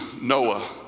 Noah